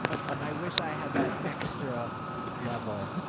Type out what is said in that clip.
and i wish i had that extra level.